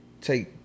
take